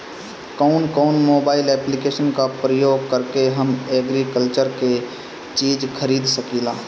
कउन कउन mobile application का प्रयोग करके हम एग्रीकल्चर के चिज खरीद सकिला?